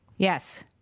Yes